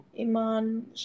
Iman